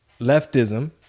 leftism